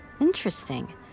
interesting